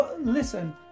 listen